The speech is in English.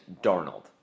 Darnold